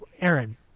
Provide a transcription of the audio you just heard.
Aaron